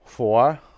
Four